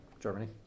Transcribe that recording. Germany